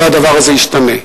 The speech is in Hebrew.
והדבר הזה ישתנה.